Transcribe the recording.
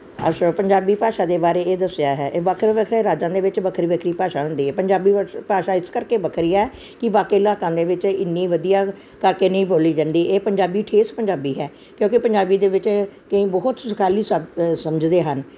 ਅੱਛਾ ਪੰਜਾਬੀ ਭਾਸ਼ਾ ਦੇ ਬਾਰੇ ਇਹ ਦੱਸਿਆ ਹੈ ਇਹ ਵੱਖਰੇ ਵੱਖਰੇ ਰਾਜਾਂ ਦੇ ਵਿੱਚ ਵੱਖਰੀ ਵੱਖਰੀ ਭਾਸ਼ਾ ਹੁੰਦੀ ਹੈ ਪੰਜਾਬੀ ਭਾਸ਼ਾ ਇਸ ਕਰਕੇ ਵੱਖਰੀ ਹੈ ਕਿ ਬਾਕੀ ਇਲਾਕਿਆਂ ਦੇ ਵਿੱਚ ਇੰਨੀ ਵਧੀਆ ਕਰਕੇ ਨਹੀਂ ਬੋਲੀ ਜਾਂਦੀ ਇਹ ਪੰਜਾਬੀ ਠੇਠ ਪੰਜਾਬੀ ਹੈ ਕਿਉਂਕਿ ਪੰਜਾਬੀ ਦੇ ਵਿੱਚ ਕਈ ਬਹੁਤ ਗੱਲ ਸਭ ਸਮਝਦੇ ਹਨ